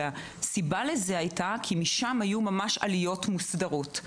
הסיבה לזה היא שמשם היו עליות מוסדרות.